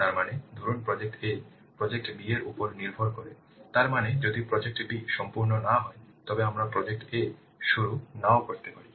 তার মানে ধরুন প্রজেক্ট a প্রজেক্ট b এর উপর নির্ভর করে তার মানে যদি প্রজেক্ট b সম্পূর্ণ না হয় তবে আমরা প্রজেক্ট a শুরু নাও করতে পারি